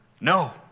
No